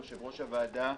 יושב-ראש הוועדה,